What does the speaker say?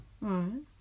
Right